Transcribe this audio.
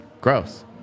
gross